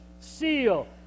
seal